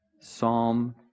Psalm